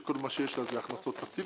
שכל מה שיש לה זה הכנסות פסיביות,